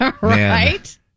Right